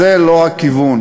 זה לא הכיוון,